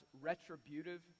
retributive